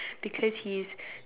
because he's